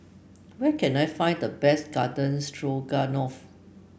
where can I find the best Garden Stroganoff